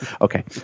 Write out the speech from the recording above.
Okay